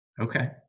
Okay